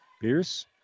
Pierce